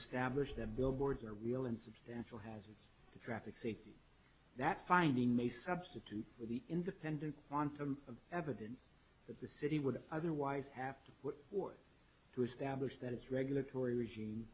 established that billboards are real and substantial has to traffic safety that finding may substitute for the independent quantum of evidence that the city would otherwise have to put forth to establish that it's regulatory regime